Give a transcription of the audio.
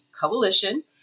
coalition